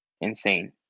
insane